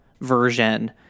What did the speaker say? version